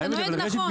אתה נוהג נכון,